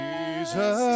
Jesus